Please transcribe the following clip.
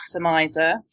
Maximizer